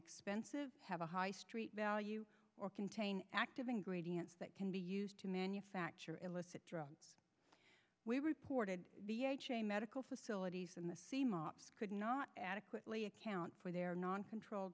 expensive have a high street value or contain active ingredients that can be used to manufacture illicit drugs we reported medical facilities in the same could not adequately account for their non control